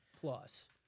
plus